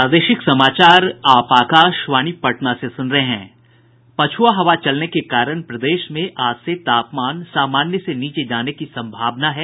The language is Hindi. पछ्आ हवा चलने के कारण प्रदेश में आज से तापमान सामान्य से नीचे जाने की सम्भावना है